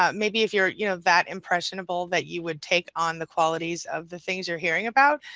um maybe if you're you know that impressionable that you would take on the qualities of the things you're hearing about.